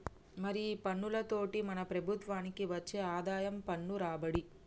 మరి ఈ పన్నులతోటి మన ప్రభుత్వనికి వచ్చే ఆదాయం పన్ను రాబడి